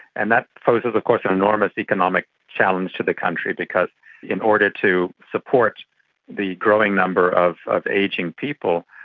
and that poses of course an enormous economic challenge to the country because in order to support the growing number of of ageing people,